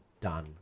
done